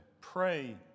Pray